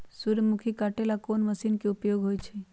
सूर्यमुखी के काटे ला कोंन मशीन के उपयोग होई छइ?